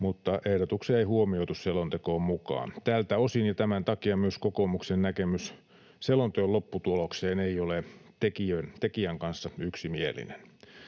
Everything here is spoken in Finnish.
mutta ehdotuksia ei huomioitu selontekoon mukaan. Tältä osin ja tämän takia kokoomuksen näkemys selonteon lopputulokseen ei ole tekijän kanssa yksimielinen.